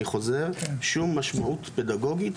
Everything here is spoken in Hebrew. אני חוזר, שום משמעות פדגוגית.